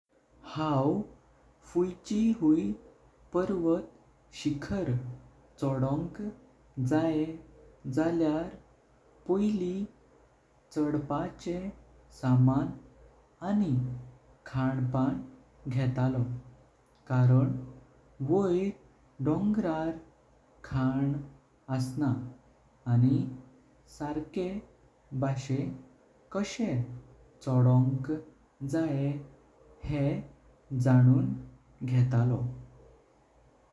हांव फुची हुई पर्वत शिखर चड़ोवच जावें जाल्यार पोइली चड़पाचे समान। आनी खां पाण घेतलो कारण वयर डोंगरार खान आसना आनी सर्के बासिन कशे चड़ोवच जावें हेय जाणुं घेतलो।